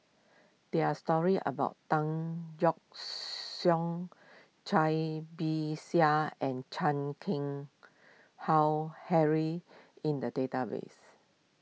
there are stories about Tan Yeok Cai Bixia and Chan Keng Howe Harry in the database